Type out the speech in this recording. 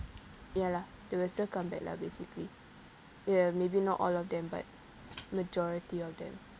ya lah they will still come back lah basically ya maybe not all of them but majority of them